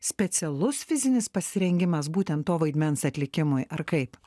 specialus fizinis pasirengimas būtent to vaidmens atlikimui ar kaip